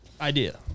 idea